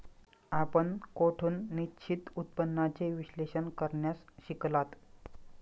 आपण कोठून निश्चित उत्पन्नाचे विश्लेषण करण्यास शिकलात?